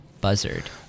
Buzzard